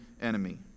enemy